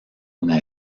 una